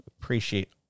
Appreciate